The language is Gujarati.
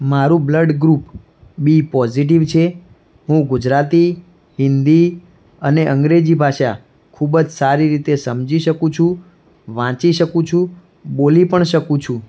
મારું બ્લડ ગ્રુપ બી પોઝિટીવ છે હું ગુજરાતી હિન્દી અને અંગ્રેજી ભાષા ખૂબ જ સારી રીતે સમજી શકું છું વાંચી શકું છું બોલી પણ શકું છું